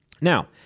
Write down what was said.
Now